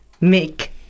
make